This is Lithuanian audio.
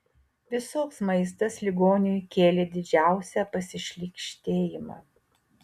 visoks maistas ligoniui kėlė didžiausią pasišlykštėjimą